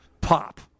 pop